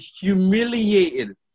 humiliated